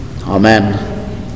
Amen